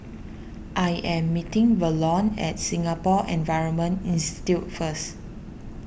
I am meeting Verlon at Singapore Environment Institute first